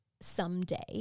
someday